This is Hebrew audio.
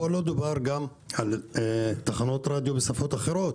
פה לא דובר על תחנות רדיו בשפות אחרות,